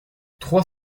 trois